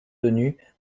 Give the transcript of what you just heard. soutenue